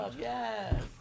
Yes